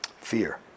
fear